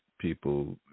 people